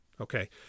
Okay